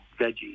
veggies